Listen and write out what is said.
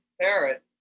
parrot